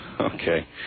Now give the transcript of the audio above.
Okay